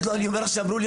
אני אומר לך שאמרו לי ---.